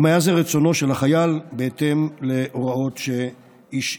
אם היה זה רצונו של החייל בהתאם להוראות שהשאיר.